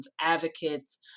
advocates